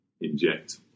inject